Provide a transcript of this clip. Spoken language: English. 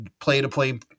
play-to-play